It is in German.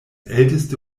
älteste